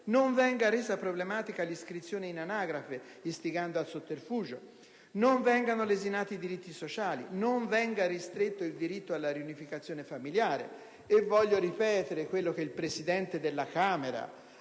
non venga resa problematica l'iscrizione in anagrafe, istigando al sotterfugio; non vengano lesinati i diritti sociali; non venga ristretto il diritto alla riunificazione familiare. Voglio ripetere quello che il Presidente della Camera